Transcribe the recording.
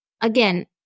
again